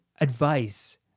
advice